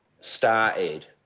started